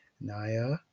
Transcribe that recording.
Naya